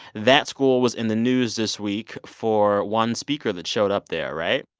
that school was in the news this week for one speaker that showed up there, right?